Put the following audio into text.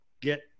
get